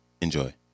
Enjoy